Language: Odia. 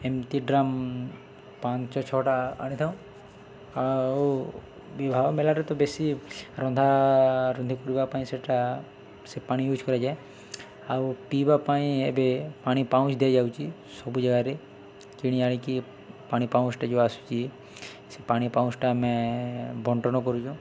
ଏମିତି ଡ୍ରମ୍ ପାଞ୍ଚ ଛଅଟା ଆଣିଥାଉ ଆଉ ବିବାହ ମେଳାରେ ତ ବେଶୀ ରନ୍ଧା ରନ୍ଧି କରିବା ପାଇଁ ସେଟା ସେ ପାଣି ୟୁଜ୍ କରାଯାଏ ଆଉ ପିଇବା ପାଇଁ ଏବେ ପାଣି ପାଉଁଶ ଦିଆଯାଉଛି ସବୁ ଜାଗାରେ କିଣି ଆଣିକି ପାଣି ପାଉଁଶଟା ଯେଉଁ ଆସୁଛି ସେ ପାଣି ପାଉଁଶଟା ଆମେ ବଣ୍ଟନ କରୁଛୁଁ